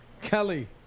Kelly